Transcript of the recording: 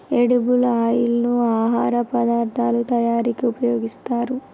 edible oil ను ఆహార పదార్ధాల తయారీకి ఉపయోగిస్తారు